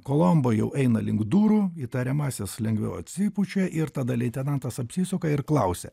kolombo jau eina link durų įtariamąsias lengviau atsipučia ir tada leitenantas apsisuka ir klausia